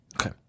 Okay